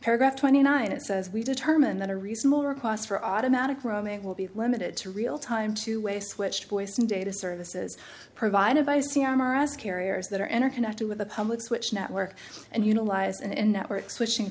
paragraph twenty nine it says we determine that a reasonable request for automatic roaming will be limited to real time to waste which voice and data services provided by c r as carriers that are enter connected with the public switch network and utilize and networks wishing